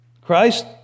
Christ